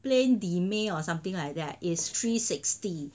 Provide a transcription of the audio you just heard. plain di mie or something like that it's three sixty